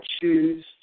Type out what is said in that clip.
choose